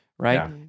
Right